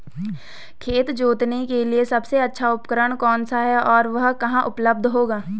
खेत जोतने के लिए सबसे अच्छा उपकरण कौन सा है और वह कहाँ उपलब्ध होगा?